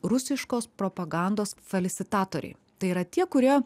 rusiškos propagandos falisitatoriai tai yra tie kurie